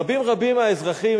רבים-רבים מן האזרחים,